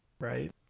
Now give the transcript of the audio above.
right